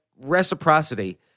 reciprocity